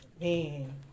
man